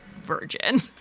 virgin